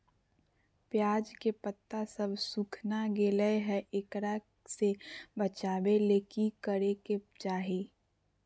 प्याज के पत्ता सब सुखना गेलै हैं, एकरा से बचाबे ले की करेके चाही?